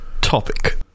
Topic